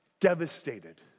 devastated